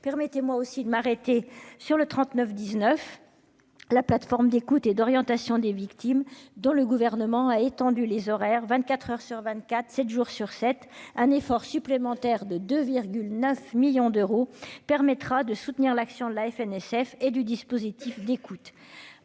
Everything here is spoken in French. permettez moi aussi de m'arrêter sur le 39 19 la plateforme d'écoute et d'orientation, des victimes dont le gouvernement a étendu les horaires, 24 heures sur 24, 7 jours sur 7, un effort supplémentaire de 2 9 millions d'euros permettra de soutenir l'action de la FNSF et du dispositif d'écoute